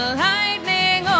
lightning